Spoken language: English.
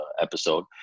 episode